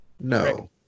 no